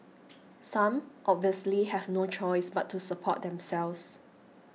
some obviously have no choice but to support themselves